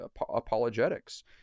apologetics